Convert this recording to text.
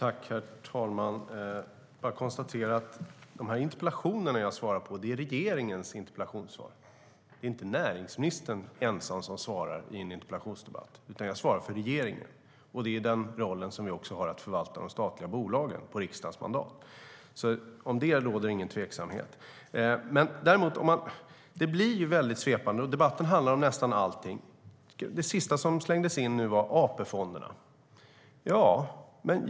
Herr talman! Jag konstaterar att interpellationerna jag svarar på är regeringens interpellationssvar. Det är inte näringsministern ensam som svarar i en interpellationsdebatt. Jag svarar för regeringen. Det är i den rollen jag har att förvalta de statliga bolagen på riksdagens mandat. Om det råder inga tvivel. Det här blir svepande. Debatten handlar om nästan allt. Det sista som slängdes in var AP-fonderna.